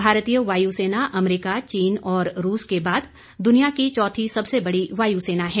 भारतीय वायु सेना अमरीका चीन और रूस के बाद दुनिया की चौथी सबसे बड़ी वायु सेना है